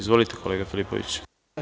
Izvolite kolega Filipoviću.